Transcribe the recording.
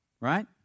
Right